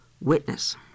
witness